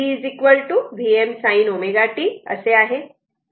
खरे तर V Vm sin ω t असे आहे